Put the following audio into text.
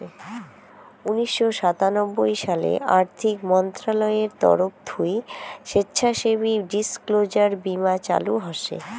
উনিশশো সাতানব্বই সালে আর্থিক মন্ত্রণালয়ের তরফ থুই স্বেচ্ছাসেবী ডিসক্লোজার বীমা চালু হসে